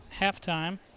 Halftime